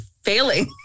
failing